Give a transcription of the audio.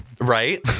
Right